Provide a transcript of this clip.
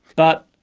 but,